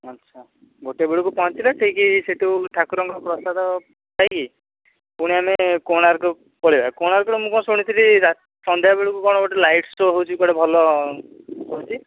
ଆଚ୍ଛା ଗୋଟେ ବେଳକୁ ପହଞ୍ଚିଲେ ଠିକ୍ ସେଇଠୁ ଠାକୁରଙ୍କ ପ୍ରସାଦ ଖାଇକି ପୁଣି ଆମେ କୋଣାର୍କ ପଳାଇବା କୋଣାର୍କରେ ମୁଁ କ'ଣ ଶୁଣିଥିଲି ସନ୍ଧ୍ୟାବେଳକୁ କ'ଣ ଗୋଟେ ଲାଇଟ୍ ସୋ' ହେଉଛି କୁଆଡ଼େ ଭଲ ହେଉଛି